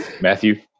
Matthew